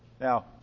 Now